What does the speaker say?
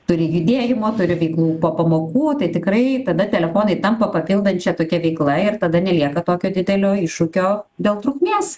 turi judėjimo turi veiklų po pamokų tai tikrai tada telefonai tampa papildančia tokia veikla ir tada nelieka tokio didelio iššūkio dėl trukmės